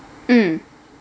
mm